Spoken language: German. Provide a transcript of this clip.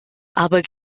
aber